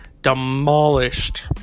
demolished